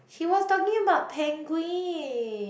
he was talking about penguin